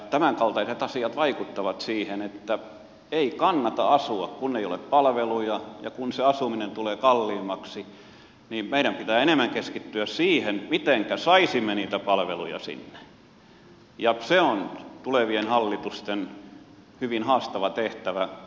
tämän kaltaiset asiat vaikuttavat siihen että ei kannata asua kun ei ole palveluja ja kun se asuminen tulee kalliimmaksi niin meidän pitää enemmän keskittyä siihen mitenkä saisimme niitä palveluja sinne ja se on tulevien hallitusten hyvin haastava tehtävä